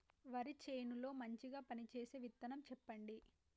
వరి చేను లో మంచిగా పనిచేసే విత్తనం చెప్పండి?